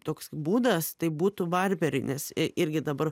toks būdas tai būtų barberinės irgi dabar